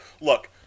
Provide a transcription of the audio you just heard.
look